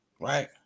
Right